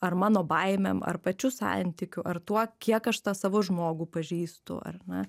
ar mano baimėm ar pačiu santykiu ar tuo kiek aš tą savo žmogų pažįstu ar ne